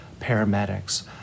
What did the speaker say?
paramedics